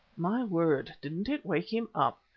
my word! didn't it wake him up.